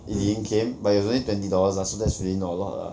it didn't came but it was only twenty dollars lah so that's really not a lot lah